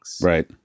right